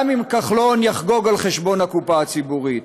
גם אם כחלון יחגוג על חשבון הקופה הציבורית.